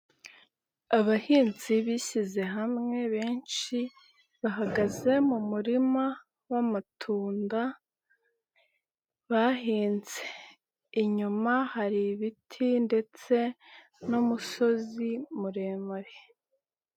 Abahinzi bishyize hamwe benshi, bahagaze mu murima w'amatunda, bahinze. Inyuma hari ibiti ndetse n'umusozi muremure.